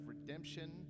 redemption